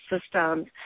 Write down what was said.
systems